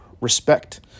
respect